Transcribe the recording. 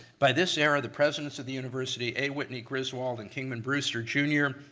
by this era, the presidents of the university, a. whitney griswold and kingman brewster, jr,